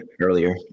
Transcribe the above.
earlier